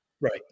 Right